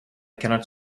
cannot